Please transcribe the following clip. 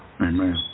Amen